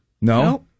No